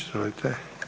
Izvolite.